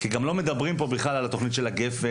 גם לא מדברים פה בכלל על התכנית של הגפ"ן.